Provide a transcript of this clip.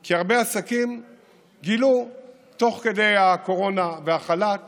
כי הרבה עסקים גילו תוך כדי הקורונה והחל"ת